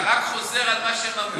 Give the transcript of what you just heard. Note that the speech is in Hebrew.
אתה רק חוזר על מה שהם כבר אמרו.